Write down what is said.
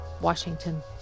Washington